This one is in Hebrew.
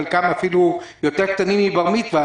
חלקם אפילו יותר קטנים מגיל בר מצווה.